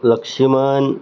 Laxman